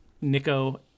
Nico